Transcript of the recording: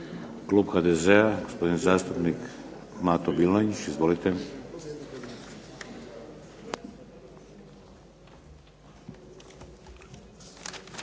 Klub HDZ-a, gospodin zastupnik Mato Bilonjić. Izvolite.